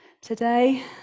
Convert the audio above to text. today